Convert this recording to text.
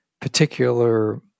particular